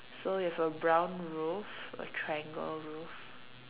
so with a brown roof a triangle roof